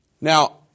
Now